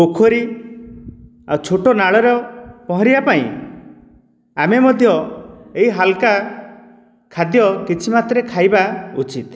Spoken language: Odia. ପୋଖରୀ ଆଉ ଛୋଟ ନାଳର ପହଁରିବା ପାଇଁ ଆମେ ମଧ୍ୟ ଏହି ହାଲକା ଖାଦ୍ୟ କିଛି ମାତ୍ରାରେ ଖାଇବା ଉଚିତ୍